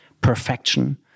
perfection